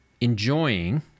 enjoying